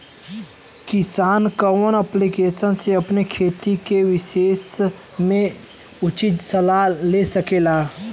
किसान कवन ऐप्लिकेशन से अपने खेती के विषय मे उचित सलाह ले सकेला?